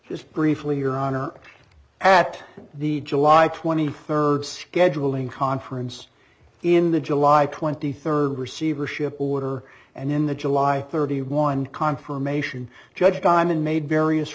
just briefly your honor at the july twenty third scheduling conference in the july twenty third receivership order and in the july thirty one confirmation judge diamond made various